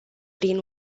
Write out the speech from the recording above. prin